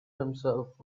himself